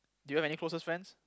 do you have any closest friends